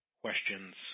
questions